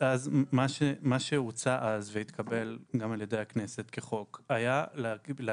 מה שהוצע אז והתקבל גם על ידי הכנסת כחוק היה להגביל